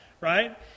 right